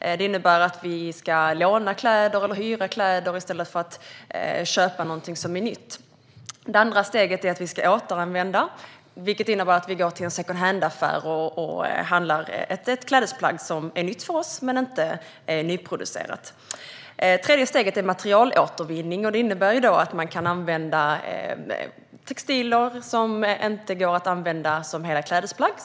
Det innebär att vi ska låna eller hyra kläder i stället för att köpa nytt. Det andra steget är att återanvända, vilket innebär att vi går till en secondhandaffär och handlar ett klädesplagg som är nytt för oss men inte nyproducerat. Det tredje steget är materialåtervinning. Det innebär att man kan återanvända textilier som inte går att använda som klädesplagg.